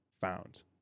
found